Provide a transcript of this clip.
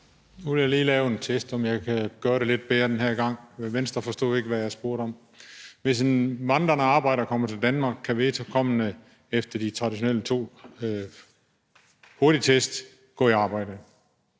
Nu vil jeg lige lave en test og se, om jeg kan gøre det lidt bedre den her gang, for Venstres ordfører forstod ikke, hvad jeg spurgte om. Hvis en vandrende arbejder komme til Danmark, kan vedkommende efter de traditionelle to hurtigtest gå i arbejde.